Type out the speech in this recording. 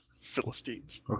Philistines